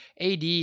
AD